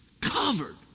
Covered